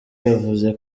yavuze